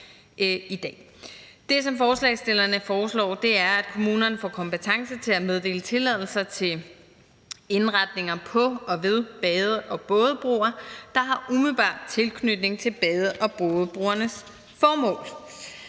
Det, som forslagsstillerne foreslår, er, at kommunerne får kompetence til at meddele tilladelse til indretninger på og ved bade- og bådebroer, der har umiddelbar tilknytning til bade- og bådebroernes formål.